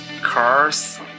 Cars